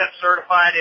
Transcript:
certified